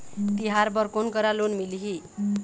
तिहार बर कोन करा लोन मिलही?